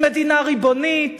היא מדינה ריבונית,